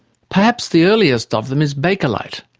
perhaps the earliest of them is bakelite,